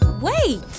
Wait